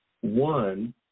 One